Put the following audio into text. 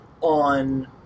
on